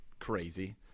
crazy